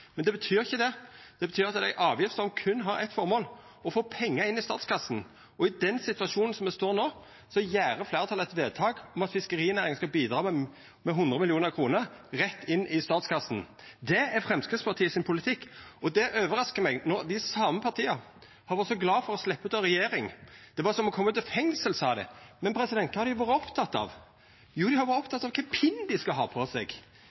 men det betyr ikkje det. Det betyr at det er ei avgift som berre har eitt formål: å få pengar inn i statskassa. Og i den situasjonen me står i no, gjer fleirtalet eit vedtak om at fiskerinæringa skal bidra med 100 mill. kr rett inn i statskassa. Det er politikken til Framstegspartiet, og det overraskar meg, når det same partiet har vore så glad for å sleppa ut av regjering – det var som å koma ut av fengsel, sa dei. Men kva har dei vore opptekne av? Jo, dei har vore opptekne av kva for ein pins dei skal ha på seg,